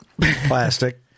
Plastic